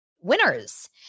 winners